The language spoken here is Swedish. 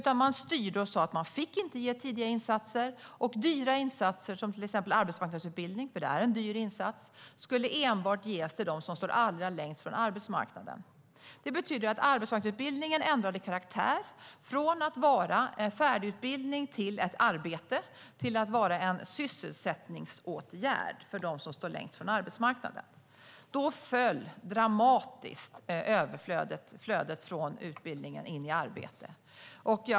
Man skulle inte få ge tidiga insatser. Dyra insatser, som arbetsmarknadsutbildning - vilket är en dyr insats - skulle enbart ges till dem som står allra längst från arbetsmarknaden. Arbetsmarknadsutbildningen ändrade karaktär från att vara färdigutbildning till ett arbete till att vara en sysselsättningsåtgärd för dem som står längst från arbetsmarknaden. Då föll dramatiskt flödet från utbildning till arbete.